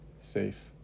safe